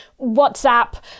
WhatsApp